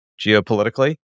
geopolitically